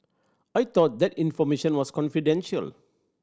I thought that information was confidential